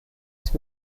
ist